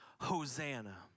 Hosanna